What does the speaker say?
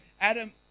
Adam